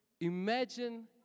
Imagine